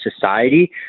society